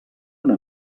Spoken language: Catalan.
una